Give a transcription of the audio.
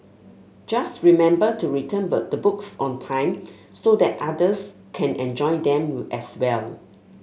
just remember to return the books on time so that others can enjoy them as well